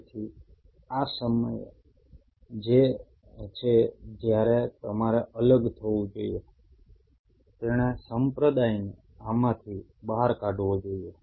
તેથી આ તે સમય છે જ્યારે તમારે અલગ થવું જોઈએ તેણે સંપ્રદાયને આમાંથી બહાર કાઢવો જોઈએ